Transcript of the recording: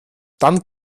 dann